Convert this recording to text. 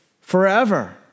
forever